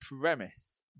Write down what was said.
premise